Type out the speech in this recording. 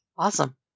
Awesome